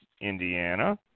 Indiana